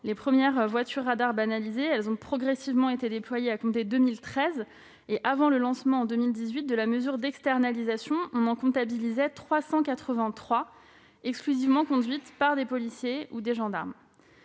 Les premières voitures radars banalisées ont progressivement été déployées à compter de 2013. Avant le lancement, en 2018, de la mesure d'externalisation, on en comptabilisait 383, exclusivement conduites par des policiers ou des gendarmes.